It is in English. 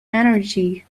energy